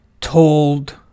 told